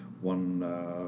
one